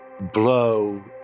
Blow